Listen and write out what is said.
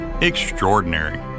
Extraordinary